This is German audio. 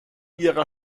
ihrer